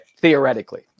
theoretically